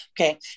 Okay